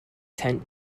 tent